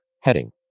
heading